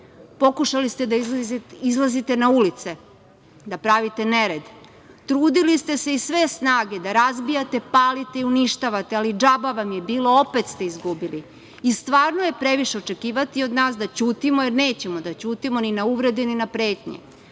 Pokušali ste da izlazite na ulice, da pravite nered. Trudili ste se iz sve snage da razbijate, palite i uništavate, ali džaba vam je bilo, opet ste izgubili. Stvarno je previše očekivati od nas da ćutimo, jer nećemo da ćutimo ni na uvrede ni na pretnje.